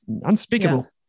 Unspeakable